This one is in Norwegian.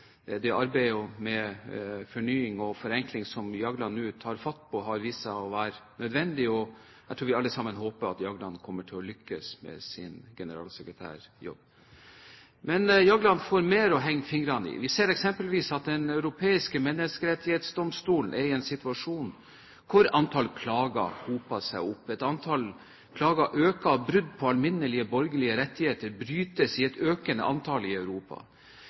Det arbeidet med fornying og forenkling som Jagland nå tar fatt på, har vist seg å være nødvendig, og jeg tror vi alle sammen håper at Jagland vil lykkes med sin generalsekretærjobb. Men Jagland får mye å henge fingrene i. Vi ser eksempelvis at Den europeiske menneskerettighetsdomstol er i en situasjon hvor antall klager hoper seg opp. Det er et økende antall klager på brudd på alminnelige borgerlige rettigheter i Europa.